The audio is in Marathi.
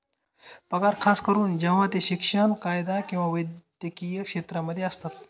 पगार खास करून जेव्हा ते शिक्षण, कायदा किंवा वैद्यकीय क्षेत्रांमध्ये असतात